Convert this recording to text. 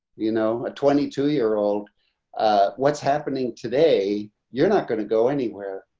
you know, a twenty two year old what's happening today, you're not going to go anywhere.